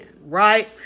right